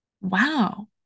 wow